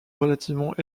relativement